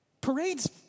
parades